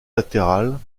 latérales